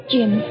Jim